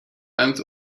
ans